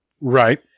Right